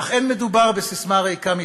אך אין מדובר בססמה ריקה מתוכן.